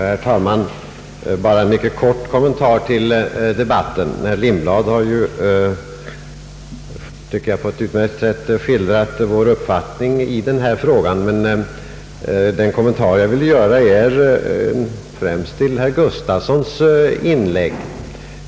Herr talman! Jag vill bara göra en mycket kort kommentar till debatten. Herr Lindblad har på ett utmärkt sätt skildrat vår uppfattning i denna fråga, men jag vill något kommentera främst herr Bengt Gustavssons inlägg.